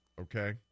Okay